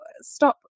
stop